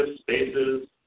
spaces